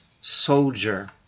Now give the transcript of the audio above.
Soldier